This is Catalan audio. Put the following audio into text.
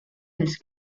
els